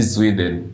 Sweden